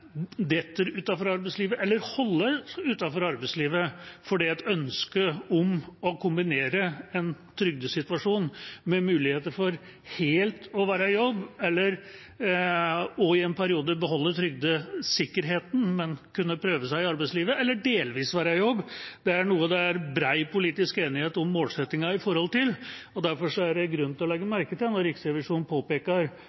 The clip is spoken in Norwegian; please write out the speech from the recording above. detter utenfor arbeidslivet, eller holdes utenfor arbeidslivet. Et ønske om å kunne kombinere en trygdesituasjon med muligheter for helt å være i jobb, og i en periode beholde trygdesikkerheten, men kunne prøve seg i arbeidslivet, eller delvis være i jobb, er noe det er bred politisk enighet om målsettingen om. Det er derfor grunn til å legge merke til at Riksrevisjonen påpeker at vi på det